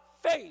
faith